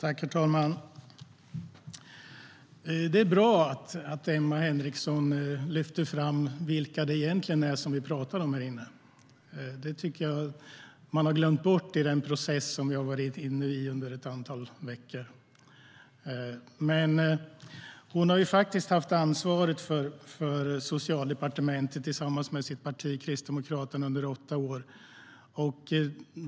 Herr talman! Det är bra att Emma Henriksson lyfter fram vilka det egentligen är som vi talar om här inne. Det tycker jag att man har glömt bort i den process som vi har varit inne i under ett antal veckor. Men Emma Henriksson har faktiskt haft ansvaret för Socialdepartementet tillsammans med sitt parti Kristdemokraterna under åtta år.